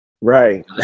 Right